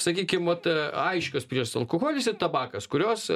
sakykim vat aiškios priežastys alkoholis ir tabakas kurios